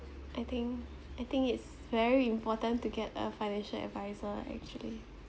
I think I think it's very important to get a financial advisor actually